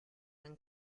han